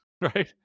Right